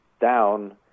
down